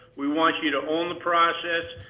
we want you to own the process,